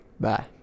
Bye